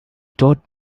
taught